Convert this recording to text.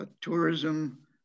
tourism